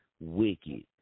Wicked